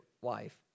wife